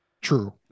True